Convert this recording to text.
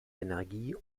energie